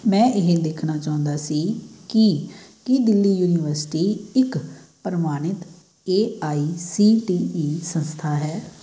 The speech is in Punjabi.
ਮੈਂ ਇਹ ਦੇਖਣਾ ਚਾਹੁੰਦਾ ਸੀ ਕਿ ਕੀ ਦਿੱਲੀ ਯੂਨੀਵਰਸਿਟੀ ਇੱਕ ਪ੍ਰਮਾਣਿਤ A I C T E ਸੰਸਥਾ ਹੈ